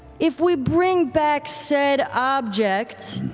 if we bring back said object,